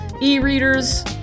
E-readers